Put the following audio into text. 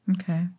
Okay